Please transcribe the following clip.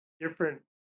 different